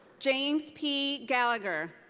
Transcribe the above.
james p. gallagher.